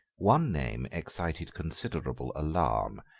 one name excited considerable alarm,